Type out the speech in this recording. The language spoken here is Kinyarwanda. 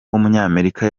w’umunyamerika